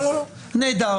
נהדר.